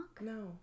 No